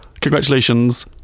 Congratulations